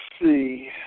see